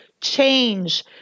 change